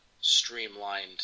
streamlined